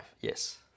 Yes